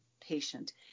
patient